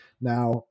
Now